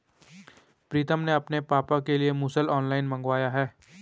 प्रितम ने अपने पापा के लिए मुसल ऑनलाइन मंगवाया है